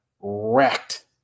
wrecked